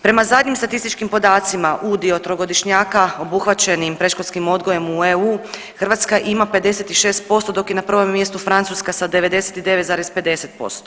Prema zadnjim statističkim podacima udio trogodišnjaka obuhvaćeni predškolskim odgojem u EU Hrvatska ima 56% dok je na prvome mjestu Francuska sa 99,50%